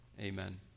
amen